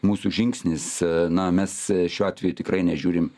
mūsų žingsnis na mes šiuo atveju tikrai nežiūrim